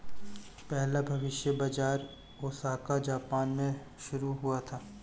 पहला भविष्य बाज़ार ओसाका जापान में शुरू हुआ था